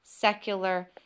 secular